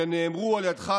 שנאמרו על ידך,